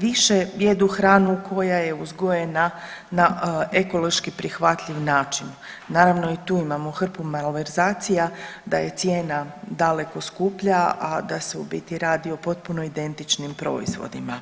više jedu hranu koja je uzgojena na ekološki prihvatljiv način, naravno i tu imamo hrpu malverzacija da je cijena daleko skuplja, a da se u biti radi o potpuno identičnim proizvodima.